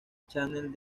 channel